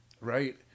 Right